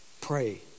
pray